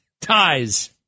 ties